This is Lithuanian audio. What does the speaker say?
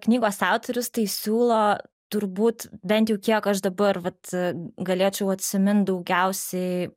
knygos autorius tai siūlo turbūt bent jau kiek aš dabar vat galėčiau atsimint daugiausiai